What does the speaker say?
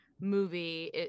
movie